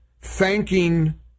thanking